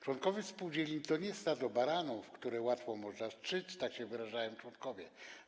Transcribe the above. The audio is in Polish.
Członkowie spółdzielni to nie jest stado baranów, które łatwo można strzyc - tak się wyrażają członkowie.